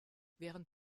während